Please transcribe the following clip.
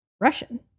Russian